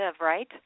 right